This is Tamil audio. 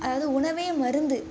அதாவது உணவே மருந்து